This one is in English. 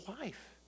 life